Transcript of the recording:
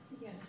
Yes